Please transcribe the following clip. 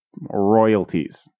royalties